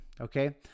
Okay